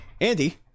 Andy